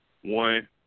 One